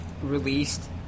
Released